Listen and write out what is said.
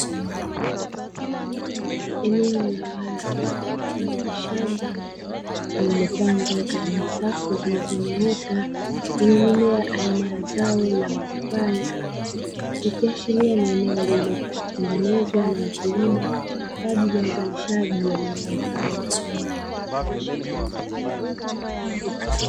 Eneo la wazi mfano wa shamba, lilopangwa katika safu zilizonyooka zenye mimea aina zao la mapapai. Ikiashiria ni eneo lilotengenezwa na wakulima kwaajili ya uzalisha wa mazao hayo.